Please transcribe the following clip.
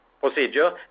procedure